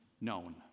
known